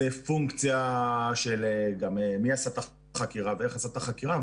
זה פונקציה של גם מי עשה את החקירה ואיך עשה את החקירה.